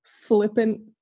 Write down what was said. flippant